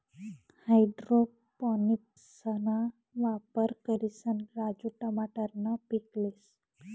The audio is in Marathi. हाइड्रोपोनिक्सना वापर करिसन राजू टमाटरनं पीक लेस